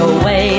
away